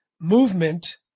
movement